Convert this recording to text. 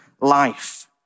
life